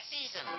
season